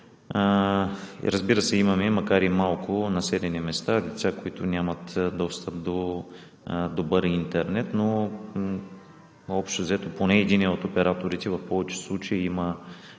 Разбира се, имаме деца – макар и в малко населени места, които нямат достъп до добър интернет, но общо взето поне единият от операторите в повечето случаи има